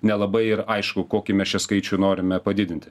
nelabai ir aišku kokį mes čia skaičių norime padidinti